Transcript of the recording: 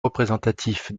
représentatif